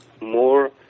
more